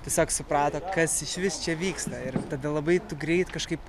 tiesiog suprato kas išvis čia vyksta ir tada labai greit kažkaip